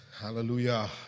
Hallelujah